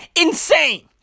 insane